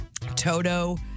Toto